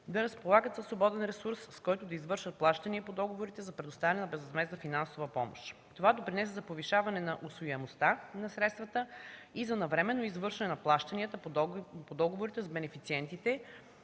да разполагат със свободен ресурс, с който да извършат плащания по договорите за предоставяне на безвъзмездна финансова помощ. Това допринесе за повишаване на усвояемостта на средствата и за навременно извършване на плащанията по договорите с бенефициентите